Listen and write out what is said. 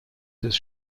des